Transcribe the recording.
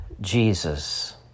Jesus